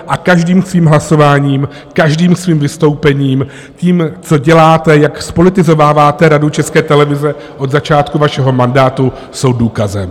A každým svým hlasováním, každým svým vystoupením, tím, co děláte, jak zpolitizováváte Radu České televize od začátku vašeho mandátu, jsou důkazem.